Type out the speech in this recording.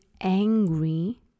angry